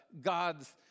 God's